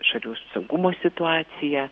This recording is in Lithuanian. šalių saugumo situacija